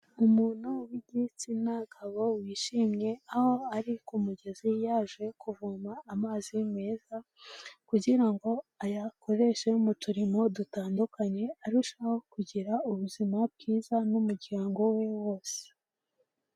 Umuntu w'igitsina gabo wishimye, aho ari ku mugezi yaje kuvoma amazi meza, kugira ngo ayakoreshe mu turimo dutandukanye, arusheho kugira ubuzima bwiza n'umuryango we wose.